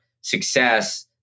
success